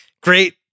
great